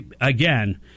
again